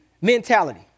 mentality